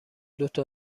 دوتا